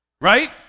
Right